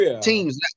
teams